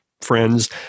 friends